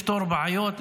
לפתור בעיות,